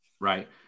right